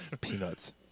Peanuts